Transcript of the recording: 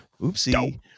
Oopsie